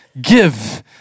Give